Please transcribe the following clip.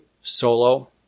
Solo